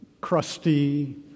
crusty